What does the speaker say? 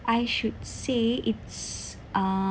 I should say it's